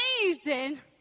amazing